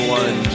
one